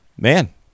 man